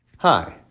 hi.